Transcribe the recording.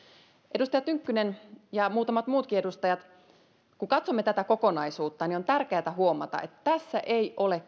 edustaja tynkkynen ja muutamat muutkin edustajat kun katsomme tätä kokonaisuutta niin on tärkeätä huomata että tässä ei ole